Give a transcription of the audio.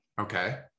Okay